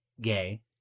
gay